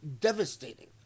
devastating